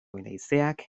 leizeak